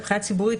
מבחינה ציבורית,